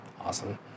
Awesome